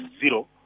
zero